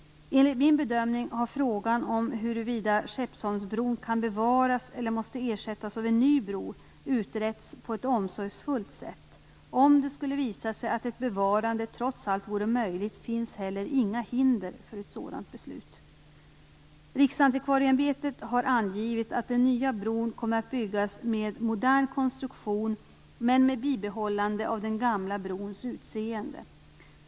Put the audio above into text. Enligt min bedömning har frågan om huruvida Skeppsholmsbron kan bevaras eller måste ersättas av en ny bro utretts på ett omsorgsfullt sätt. Om det skulle visa sig att ett bevarande trots allt vore möjligt finns heller inga hinder för ett sådant beslut. Riksantikvarieämbetet har angivit att den nya bron kommer att byggas med modern konstruktion men med bibehållande av den gamla brons utseende.